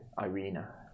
Irina